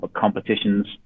competitions